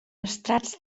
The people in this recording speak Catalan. estrats